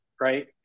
right